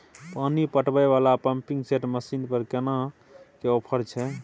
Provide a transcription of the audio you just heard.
पानी पटावय वाला पंपिंग सेट मसीन पर केतना के ऑफर छैय?